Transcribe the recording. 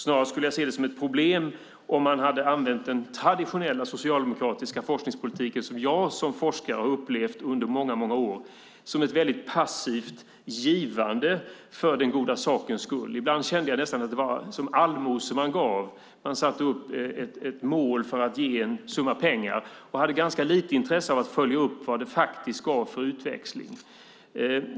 Snarare skulle jag se det som ett problem om man hade använt den traditionella socialdemokratiska forskningspolitiken som jag som forskare har upplevt under många år som ett väldigt passivt givande för den goda sakens skull. Ibland kände jag nästan att det var allmosor man gav. Man satte upp ett mål för att ge en summa pengar och hade ganska lite intresse av att följa upp vad det faktiskt gav för utväxling.